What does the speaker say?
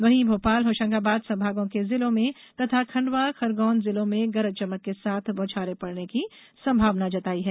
वहीं भोपाल होशंगाबाद संभागों के जिलों में तथा खंडवा खरगौन जिलों में गरज चमक के साथ बौछारें पड़ने की संभावना है